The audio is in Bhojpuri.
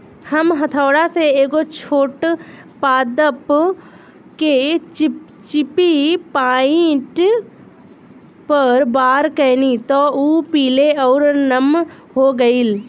हम हथौड़ा से एगो छोट पादप के चिपचिपी पॉइंट पर वार कैनी त उ पीले आउर नम हो गईल